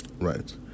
Right